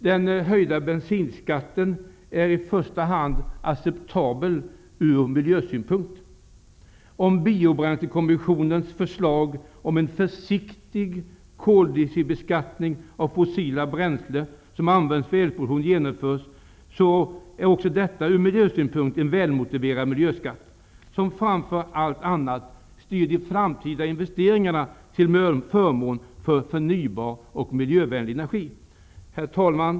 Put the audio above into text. Den höjda bensinskatten är acceptabel i första hand från miljösynpunkt. Om biobränslekommissionens förslag till en försiktig koldioxidbeskattning av fossila bränslen som används för elproduktion genomförs, är detta också en mycket välmotiverad miljöskatt, som framför allt kommer att styra de framtida investeringarna till förmån för förnybar och miljövänlig energi. Herr talman!